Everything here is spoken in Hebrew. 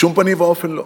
בשום פנים ואופן לא.